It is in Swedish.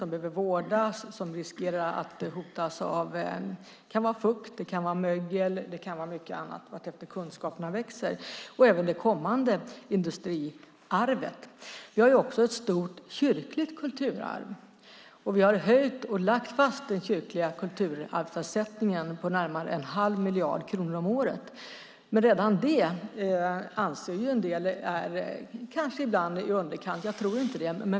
Det behöver vårdas, och det riskerar att drabbas av fukt, mögel och mycket annat vartefter kunskaperna växer. Det gäller även det kommande industriarvet. Vi har också ett stort kyrkligt kulturarv. Vi har höjt och lagt fast den kyrkliga kulturarvsersättningen på närmare en halv miljard kronor om året. Redan det anser en del vara i underkant, men jag tror inte det.